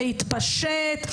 להתפשט,